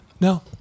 No